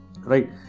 right